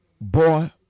boy